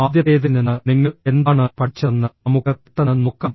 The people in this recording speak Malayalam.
ആദ്യത്തേതിൽ നിന്ന് നിങ്ങൾ എന്താണ് പഠിച്ചതെന്ന് നമുക്ക് പെട്ടെന്ന് നോക്കാം